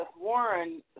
Warren